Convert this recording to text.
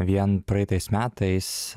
vien praeitais metais